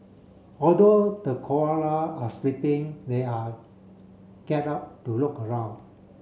although the are sleeping they are get up do look around